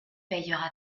payera